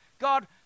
God